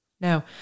no